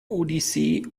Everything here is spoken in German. odyssee